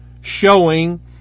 showing